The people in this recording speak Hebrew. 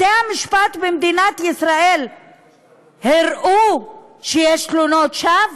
בתי-המשפט במדינת ישראל הראו שיש תלונות שווא?